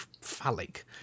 phallic